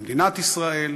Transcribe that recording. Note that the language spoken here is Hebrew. על מדינת ישראל,